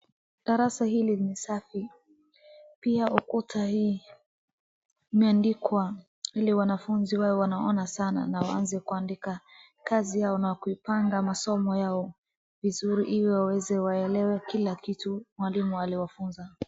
Darasa hili ni safi, pia ukuta hii imeandikwa ili wanafunzi wawe wanaona sana na waanze kuandika kazi yao na kuipanga masomo yao vizuri ili waelewa kila kitu mwalimu aliwafunza.